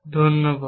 ধন্যবাদ